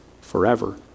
forever